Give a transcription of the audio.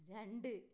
രണ്ട്